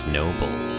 noble